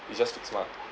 is just fixed mah